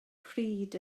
pryd